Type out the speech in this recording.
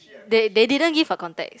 they they didn't give a contacts